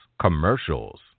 commercials